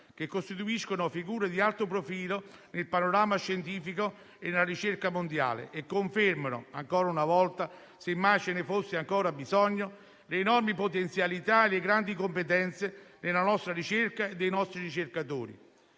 Vi sono figure di alto profilo nel panorama scientifico e nella ricerca mondiale che confermano ancora una volta, se mai ce ne fosse bisogno, le enormi potenzialità e le grandi competenze della nostra ricerca e dei nostri ricercatori.